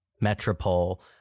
metropole